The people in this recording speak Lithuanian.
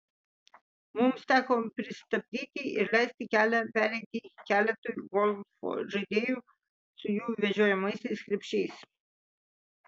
mums teko pristabdyti ir leisti kelią pereiti keletui golfo žaidėjų su jų vežiojamaisiais krepšiais